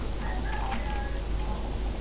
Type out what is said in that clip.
right now there are, ah